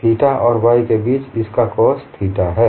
theta और y के बीच इसका cos थीटा है